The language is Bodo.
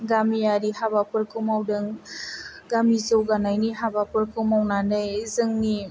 गामियारि हाबाफोरखौ मावदों गामि जौगानायनि हाबाफोरखौ मावनानै जोंनि